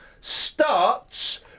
starts